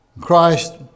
Christ